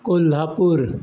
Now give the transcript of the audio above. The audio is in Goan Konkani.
कोल्हापूर